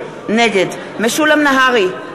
נגד משולם נהרי,